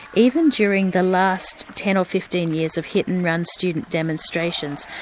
even during the last ten or fifteen years of hit and run student demonstrations.